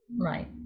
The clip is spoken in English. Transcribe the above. Right